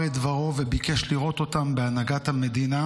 את דברו וביקש לראות אותם בהנהגת המדינה.